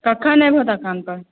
कखन एबहो दोकान पर